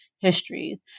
histories